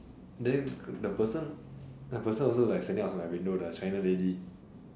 then the person the person also like standing outside my window the china lady